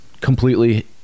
completely